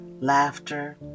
laughter